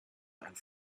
and